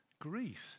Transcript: Grief